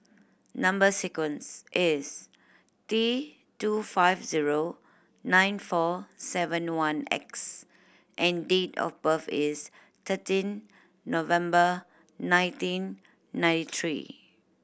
number sequence is T two five zero nine four seven one X and date of birth is thirteen November nineteen ninety three